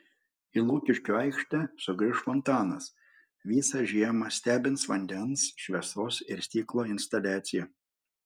į lukiškių aikštę sugrįš fontanas visą žiemą stebins vandens šviesos ir stiklo instaliacija